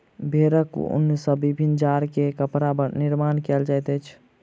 भेड़क ऊन सॅ विभिन्न जाड़ के कपड़ा निर्माण कयल जाइत अछि